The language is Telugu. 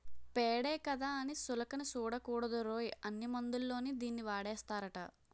పేడే కదా అని సులకన సూడకూడదురోయ్, అన్ని మందుల్లోని దీన్నీ వాడేస్తారట